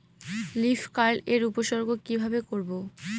Leaf curl এর উপসর্গ কিভাবে করব?